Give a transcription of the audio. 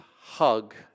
hug